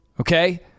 okay